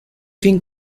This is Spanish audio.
fin